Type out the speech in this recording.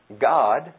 God